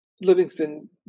Livingston